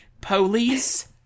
Police